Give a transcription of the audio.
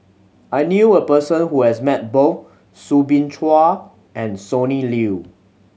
I knew a person who has met both Soo Bin Chua and Sonny Liew